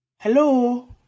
Hello